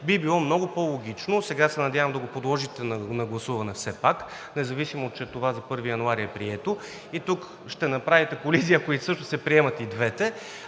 би било много по-логично. Сега се надявам да го подложите на гласуване все пак, независимо че това за 1 януари е прието, и тук ще направите колизия, ако също се приемат и двете.